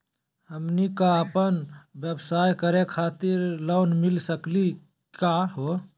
हमनी क अपन व्यवसाय करै खातिर लोन मिली सकली का हो?